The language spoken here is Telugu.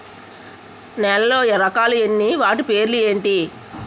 నేలలో రకాలు ఎన్ని వాటి పేర్లు ఏంటి?